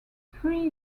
three